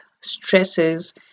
stresses